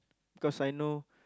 because I know